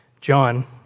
John